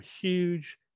huge